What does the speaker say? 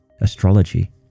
astrology